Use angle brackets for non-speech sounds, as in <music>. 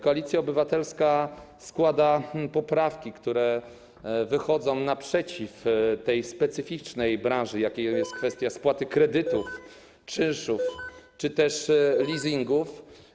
Koalicja Obywatelska składa poprawki, które wychodzą naprzeciw tej specyficznej branży, <noise> chodzi o kwestię spłaty kredytów, czynszów czy też leasingów.